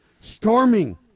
storming